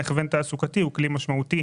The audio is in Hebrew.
שהכוון תעסוקתי הוא כלי משמעותי